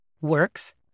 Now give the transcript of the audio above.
works